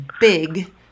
big